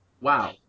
wow